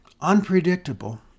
unpredictable